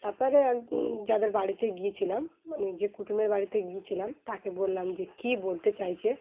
তারপরে যাদের বাড়িতে গিয়েছিলাম মানে যে কুটুমের বাড়িতে গিয়েছিলাম তাকে বললাম যে কী বলতে চাইছে